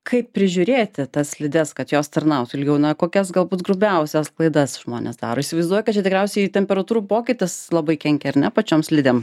kaip prižiūrėti tas slides kad jos tarnautų ilgiau na kokias galbūt grubiausias klaidas žmonės daro įsivaizduoju kad čia tikriausiai temperatūrų pokytis labai kenkia ar ne pačiom slidėm